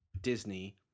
Disney